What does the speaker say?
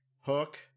Hook